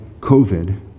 COVID